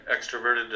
extroverted